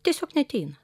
tiesiog neateina